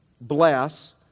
bless